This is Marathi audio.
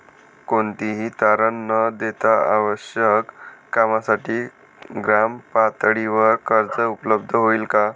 कोणतेही तारण न देता आवश्यक कामासाठी ग्रामपातळीवर कर्ज उपलब्ध होईल का?